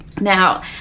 Now